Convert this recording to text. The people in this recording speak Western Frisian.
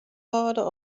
hâlde